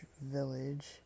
Village